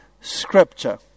Scripture